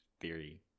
theory